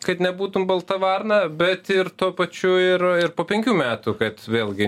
kad nebūtum balta varna bet ir tuo pačiu ir ir po penkių metų kad vėlgi